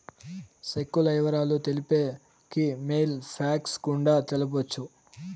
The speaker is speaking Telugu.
సెక్కుల ఇవరాలు తెలిపేకి మెయిల్ ఫ్యాక్స్ గుండా తెలపొచ్చు